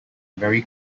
very